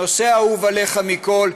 הנושא האהוב עליך מכול,